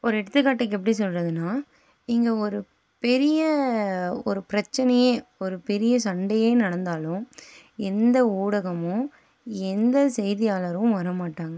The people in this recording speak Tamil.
ஒரு எடுத்துக்காட்டுக்கு எப்படி சொல்கிறதுனா இங்கே ஒரு பெரிய ஒரு பிரச்சனையே ஒரு பெரிய சண்டையே நடந்தாலும் எந்த ஊடகமும் எந்த செய்தியாளரும் வர மாட்டாங்க